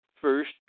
First